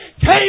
came